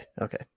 okay